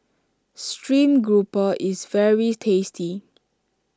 Stream Grouper is very tasty